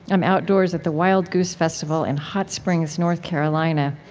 i'm outdoors at the wild goose festival in hot springs, north carolina.